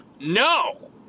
No